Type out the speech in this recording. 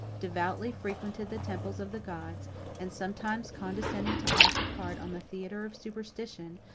devoutly frequented the temples of the gods and sometimes condescending to act a part on the theatre of superstition,